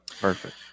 Perfect